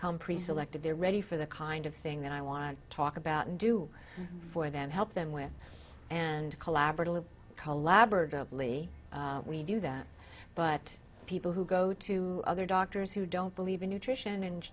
come pre selected they're ready for the kind of thing that i want to talk about and do for them help them with and collaboratively collaboratively we do that but people who go to other doctors who don't believe in nutrition and